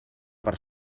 per